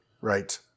Right